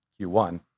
Q1